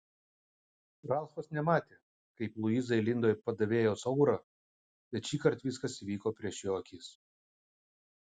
ralfas nematė kaip luiza įlindo į padavėjos aurą bet šįkart viskas įvyko prieš jo akis